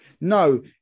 No